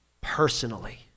personally